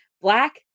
black